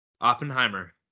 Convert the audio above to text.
Oppenheimer